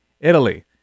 italy